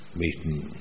meeting